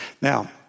Now